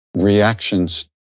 reactions